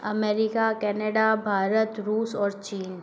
America Canada Bharat रूस और चीन